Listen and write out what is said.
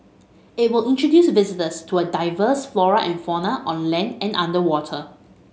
it will introduce visitors to a diverse flora and fauna on land and underwater